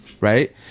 right